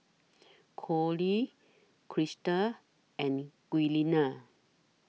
Conley Crista and Giuliana